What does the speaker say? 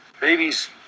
Babies